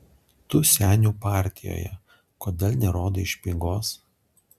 tu senių partijoje kodėl nerodai špygos